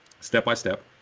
step-by-step